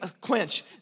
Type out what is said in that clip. quench